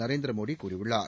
நரேந்திர மோடி கூறியுள்ளார்